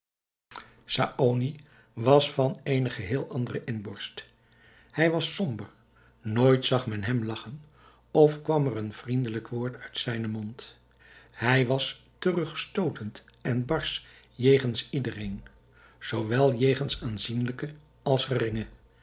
was van eene geheel andere inborst hij was somber nooit zag men hem lagchen of kwam er een vriendelijk woord uit zijnen mond hij was terugstootend en barsch jegens iedereen zoo wel jegens aanzienlijken als geringen